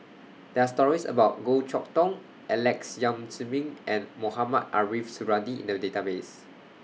There Are stories about Goh Chok Tong Alex Yam Ziming and Mohamed Ariff Suradi in The Database